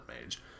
Mage